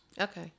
Okay